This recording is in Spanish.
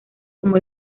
como